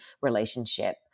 relationship